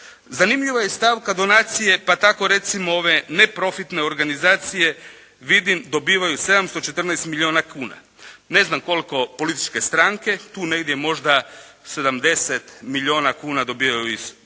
Zanimljiva je stavka donacije pa tako recimo ove neprofitne organizacije, vidim dobivaju 714 milijuna kuna. Ne znam koliko političke stranke, tu negdje možda 70 milijuna kuna dobivaju iz proračuna.